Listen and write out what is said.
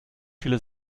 viele